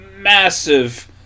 massive